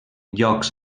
llocs